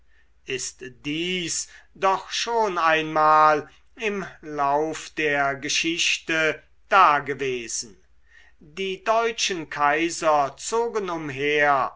ist dies doch schon einmal im lauf der geschichte dagewesen die deutschen kaiser zogen umher